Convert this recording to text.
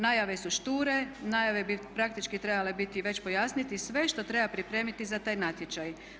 Najave su šture, najave bi praktički trebale biti i već pojasniti sve što treba pripremiti za taj natječaj.